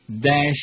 dash